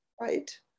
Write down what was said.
right